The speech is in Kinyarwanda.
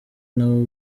nabo